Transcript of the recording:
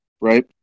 right